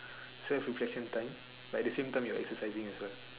self reflection time but at the same time you're exercising as the